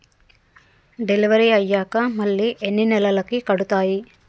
Delivery అయ్యాక మళ్ళీ ఎన్ని నెలలకి కడుతాయి?